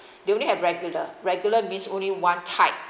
they only have regular regular means only one type